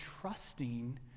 trusting